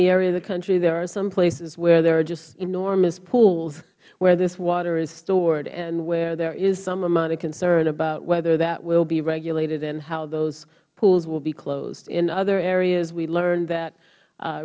the area of the country there are some places where there are just enormous pools where this water is stored and where there is some amount of concern about whether that will be regulated and how those pools will be closed in other areas we learn that